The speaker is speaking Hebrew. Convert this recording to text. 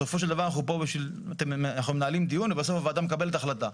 בסופו של דבר אנחנו פה מנהלים דיון ובסוף הוועדה מקבלת החלטה.